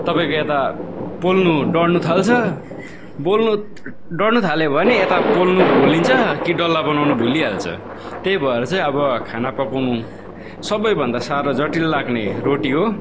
तपाईँको यता पोल्नु डढ्नु थाल्छ बोल्नु डढ्नु थाल्यो भने यता पोल्नु भुलिन्छ कि डल्ला बनाउन भुलि हाल्छ त्यही भएर चाहिँ अब खाना पकाउनु सबैभन्दा साह्रो जटिल लाग्ने रोटी हो